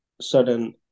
certain